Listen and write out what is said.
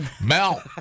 Mel